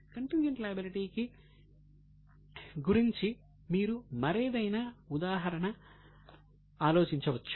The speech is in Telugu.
కంటింజెంట్ లయబిలిటీ కి మీరు మరేదైనా ఉదాహరణ ఆలోచించవచ్చు